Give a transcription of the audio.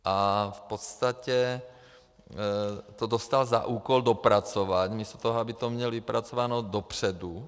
A v podstatě to dostal za úkol dopracovat místo toho, aby to měl vypracováno dopředu.